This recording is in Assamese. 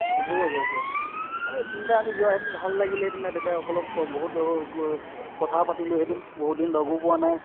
ডিব্ৰুগড় গৈছে এই তিনিটা আমি যোৱাহেঁতেন ভাল লাগিলেহেঁতেন তেতিয়া অলপ বহুত কথা পাতিলোহেঁতেন বহুত দিন লগো পোৱা নাই